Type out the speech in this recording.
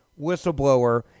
whistleblower